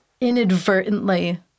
inadvertently